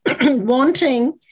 Wanting